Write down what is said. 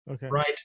right